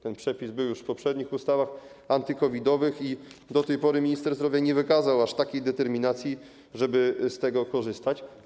Ten przepis był już w poprzednich ustawach anty- COVID-owych i do tej pory minister zdrowia nie wykazał aż takiej determinacji, żeby z tego korzystać.